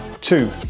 two